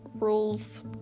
rules